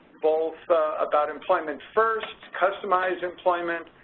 both about employment first, customized employment,